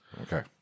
Okay